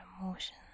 emotion